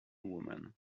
women